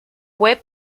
web